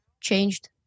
changed